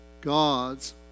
God's